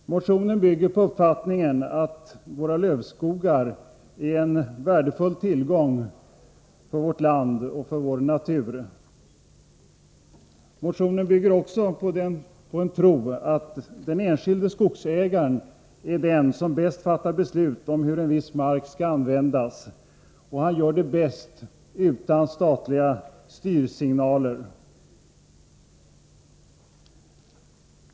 Motionen bygger på den uppfattningen att våra lövskogar är en värdefull tillgång för vårt land och för vår natur. Motionen bygger också på en tro att den enskilde skogsägaren bäst fattar beslut om hur en viss mark skall användas om han gör det utan statliga styrsignaler.